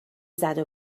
زدو